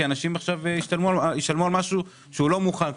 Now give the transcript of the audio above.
כי הדברים לא מוכנים,